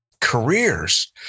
careers